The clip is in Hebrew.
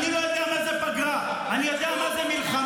אני לא יודע מה זה פגרה, אני יודע מה זה מלחמה.